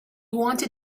wanted